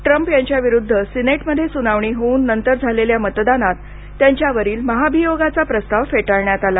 Trump यांच्या विरुद्ध सिनेटमध्ये सुनावणी होऊन नंतर झालेल्या मतदानात त्यांच्यावरील महाभियोगाचा प्रस्ताव फेटाळण्यात आला